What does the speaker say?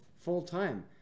full-time